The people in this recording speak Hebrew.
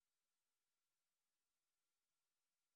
כולם גם נמצאים בתוך לו"ז בין